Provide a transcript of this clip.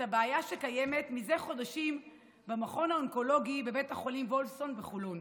הבעיה שקיימת זה חודשים במכון האונקולוגי בבית החולים וולפסון בחולון.